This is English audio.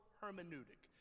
hermeneutic